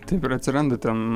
taip ir atsiranda ta